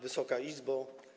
Wysoka Izbo!